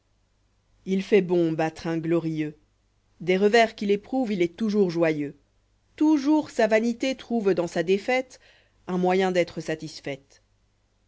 il fait bon battre un glorieux des revers qu'il éprouve il est toujours joyeux taujours sa vanité trouve dans sa défaite un moyen d'être satisfaite